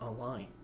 online